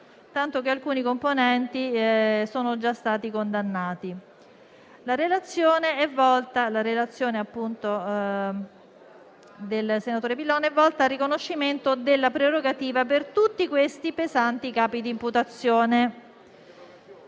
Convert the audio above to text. tanto che alcuni suoi componenti sono già stati condannati). La relazione del senatore Pillon è volta al riconoscimento della prerogativa per tutti questi pesanti capi di imputazione.